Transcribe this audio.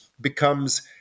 becomes